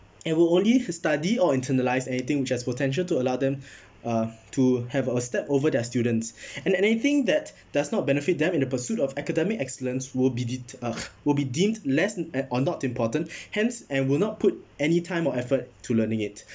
and will only study or internalise anything which has potential to allow them uh to have a step over their students and anything that does not benefit them in the pursuit of academic excellence will be dete~ ugh will be deemed less and or not important hence and will not put any time or effort to learning it